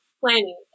planning